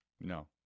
No